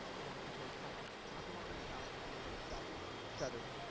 and the proposed pipelines. not the one in the south which has been shut shuttered,